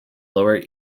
lower